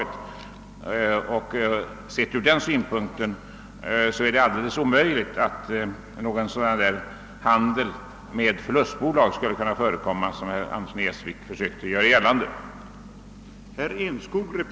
Om man ser det hela ur den synpunkten är det alldeles omöjligt att någon sådan handel med förlustbolag som herr Andersson i Essvik avser skulle kunna förekomma.